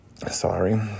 Sorry